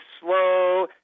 slow